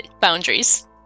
boundaries